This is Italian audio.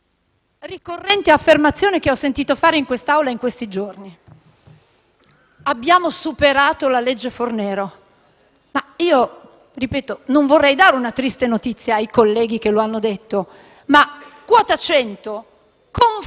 una ricorrente affermazione che ho sentito fare in quest'Aula in questi giorni: «abbiamo superato la legge Fornero». Ribadisco di non voler dare una triste notizia ai colleghi che l'hanno detto, ma quota 100 conferma